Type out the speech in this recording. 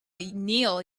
neil